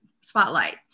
spotlight